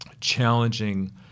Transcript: challenging